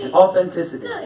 authenticity